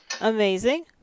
Amazing